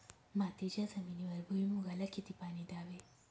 मातीच्या जमिनीवर भुईमूगाला किती पाणी द्यावे?